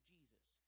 Jesus